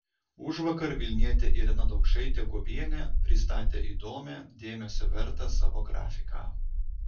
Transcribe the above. užvakar vilnietė irena daukšaitė guobienė pristatė įdomią dėmesio vertą savo grafiką